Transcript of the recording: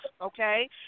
okay